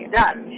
done